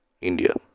India